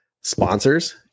sponsors